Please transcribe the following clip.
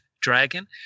dragon